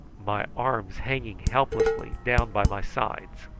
my arms hanging helplessly down by my sides.